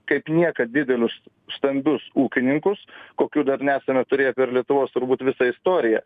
kaip niekad didelius stambius ūkininkus kokių dar nesame turėję per lietuvos turbūt visą istoriją